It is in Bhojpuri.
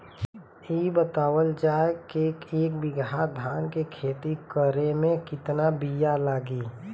इ बतावल जाए के एक बिघा धान के खेती करेमे कितना बिया लागि?